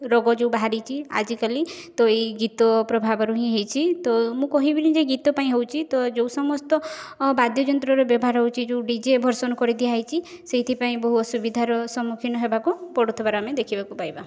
ରୋଗ ଯଉ ବାହାରିଛି ଆଜି କାଲି ତ ଏଇ ଗୀତ ପ୍ରଭାବରୁ ହିଁ ହେଇଛି ତ ମୁଁ କହିବିନି ଯେ ଗୀତ ପାଇଁ ହେଉଛି ତ ଯଉ ସମସ୍ତ ବାଦ୍ୟଯନ୍ତ୍ରର ବ୍ୟବହାର ହେଉଛି ଯେଉଁ ଡି ଜେ ଭର୍ସନ୍ କରି ଦିଆହୋଇଛି ସେଥିପାଇଁ ବହୁ ଅସୁବିଧାର ସମ୍ମୁଖୀନ ହେବାକୁ ପଡ଼ୁଥିବାର ଆମେ ଦେଖିବାକୁ ପାଇବା